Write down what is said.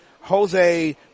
Jose